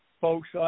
Folks